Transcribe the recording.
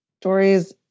stories